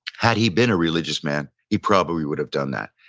had he been a religious man, he probably would have done that.